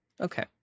Okay